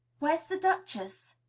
where's the duchess?